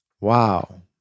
wow